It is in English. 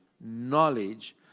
knowledge